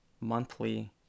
monthly